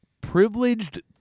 privileged